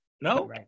No